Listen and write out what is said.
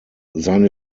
seine